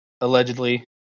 allegedly